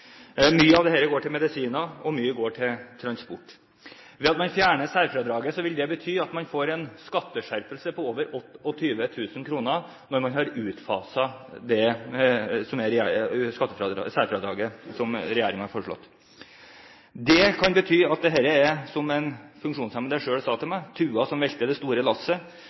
Mye av dette går til medisiner, og mye går til transport. Det å fjerne særfradraget vil bety at man får en skatteskjerpelse på over 28 000 kr når man har utfaset det særfradraget som regjeringen har foreslått. Det kan bety at dette er – som en funksjonshemmet selv sa til meg – tua som velter det store lasset,